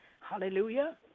hallelujah